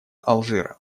алжира